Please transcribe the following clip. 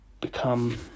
become